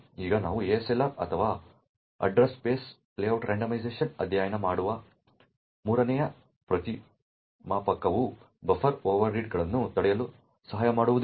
ಈಗ ನಾವು ASLR ಅಥವಾ ಅಡ್ರೆಸ್ ಸ್ಪೇಸ್ ಲೇಔಟ್ ಯಾದೃಚ್ಛಿಕತೆ ಯನ್ನು ಅಧ್ಯಯನ ಮಾಡಿರುವ ಮೂರನೇ ಪ್ರತಿಮಾಪನವು ಬಫರ್ ಓವರ್ರೀಡ್ಗಳನ್ನು ತಡೆಯಲು ಸಹಾಯ ಮಾಡುವುದಿಲ್ಲ